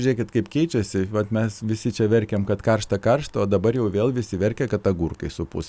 žiūrėkit kaip keičiasi vat mes visi čia verkiam kad karšta karšta o dabar jau vėl visi verkia kad agurkai supus